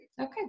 Okay